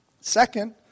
Second